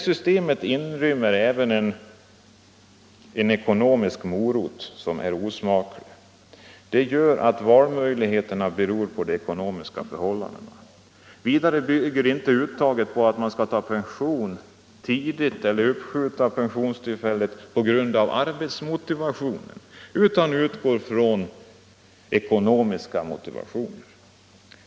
Systemet inrymmer även en osmaklig ekonomisk morot, som gör att valmöjligheten beror på ens ekonomiska förhållanden. Valet mellan att ta pension tidigare eller uppskjuta pensionstillfället bygger inte på arbetsmotivation utan på ekonomiska motivationer.